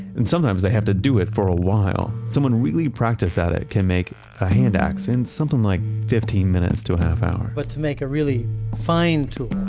and sometimes they have to do it for a while, someone really practiced at it can make a hand axe in something like fifteen minutes to half an hour but to make a really fine tool,